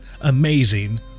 amazing